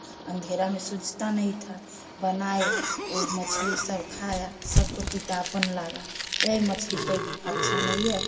अंधेरा में सूझता नहीं था बनाए वह मछली सब खाया सबको तीतापन लागा यह मछली कोई अच्छा नहीं है